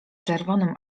czerwonym